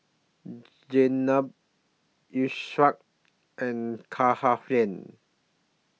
Jenab Yusuf and Cahaya